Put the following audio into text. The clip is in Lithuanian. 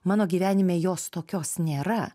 mano gyvenime jos tokios nėra